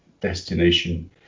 destination